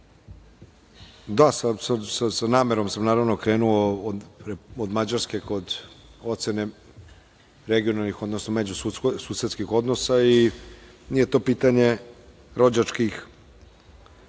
sa namerom sam krenuo od Mađarske kod ocene regionalnih, odnosno međususedskih odnosa i nije to pitanje rođačkih